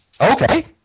Okay